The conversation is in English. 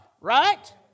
right